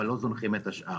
אבל לא זונחים את השאר.